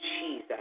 Jesus